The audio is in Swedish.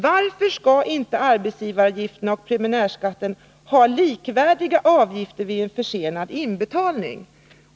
Varför skall inte arbetsgivaravgiften och preliminärskatten ha likvärdiga avgifter vid en försenad inbetalning?